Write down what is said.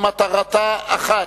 שמטרתה אחת: